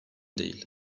değil